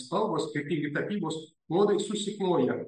spalvos skirtingi tapybos klodai susikloja